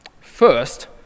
first